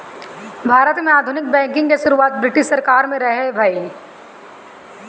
भारत में आधुनिक बैंकिंग के शुरुआत ब्रिटिस सरकार में भइल रहे